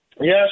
Yes